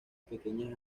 pequeñas